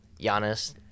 Giannis